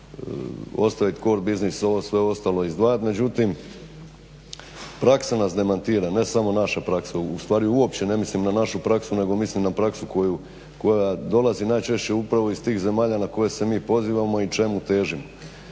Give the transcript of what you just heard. ostaviti kor biznis, ovo sve ostalo izdvajat. Međutim praksa nas demantira. Ne samo naša praksa. Ustvari uopće ne mislim na našu praksu, nego mislim na praksu koja dolazi najčešće upravo iz tih zemalja na koja se mi pozivamo i čemu težimo.